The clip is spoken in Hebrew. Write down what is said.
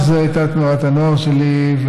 שזו הייתה תנועת הנוער שלי,